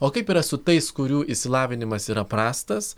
o kaip yra su tais kurių išsilavinimas yra prastas